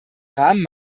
rahmen